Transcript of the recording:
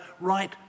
right